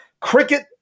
cricket